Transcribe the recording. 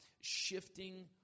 shifting